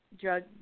Drug